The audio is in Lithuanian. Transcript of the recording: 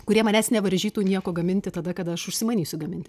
kurie manęs nevaržytų nieko gaminti tada kada aš užsimanysiu gaminti